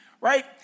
right